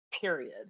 period